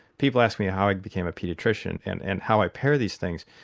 people ask me how i became a paediatrician and and how i pair these things.